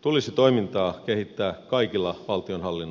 tulisi toimintaa kehittää kaikilla valtionhallinnon aloilla